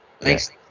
Thanks